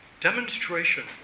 demonstration